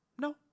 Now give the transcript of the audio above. no